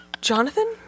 Jonathan